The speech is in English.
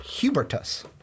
Hubertus